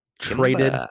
traded